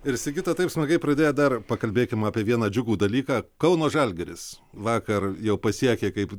ir sigita taip smagiai pradėjo dar pakalbėkim apie vieną džiugų dalyką kauno žalgiris vakar jau pasiekė kaip